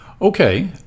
Okay